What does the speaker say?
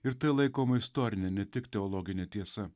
ir tai laikoma istorine ne tik teologine tiesa